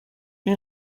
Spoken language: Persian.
این